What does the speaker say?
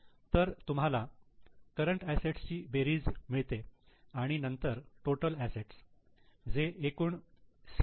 तर तुम्हाला करंट असेट्सची बेरीज मिळते आणि नंतर टोटल असेट्स जे एकूण सी